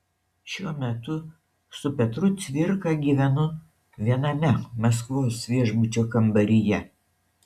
šiuo metu su petru cvirka gyvenu viename maskvos viešbučio kambaryje